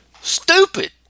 Stupid